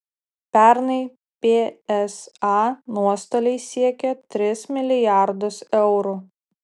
pernai psa nuostoliai siekė tris milijardus eurų